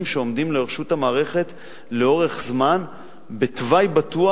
שעומדים לרשות המערכת לאורך זמן בתוואי בטוח,